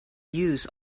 use